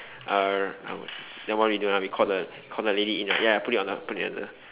err I would then what we do now we call the we call the lady in right ya put it on the put it on the